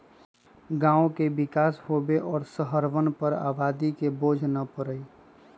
गांव के विकास होवे और शहरवन पर आबादी के बोझ न पड़ई